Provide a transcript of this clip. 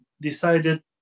decided